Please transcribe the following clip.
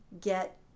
get